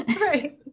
Right